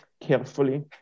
carefully